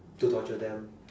to torture them